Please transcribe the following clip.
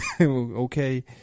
okay